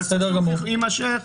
והסכסוך יימשך.